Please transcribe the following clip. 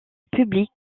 publie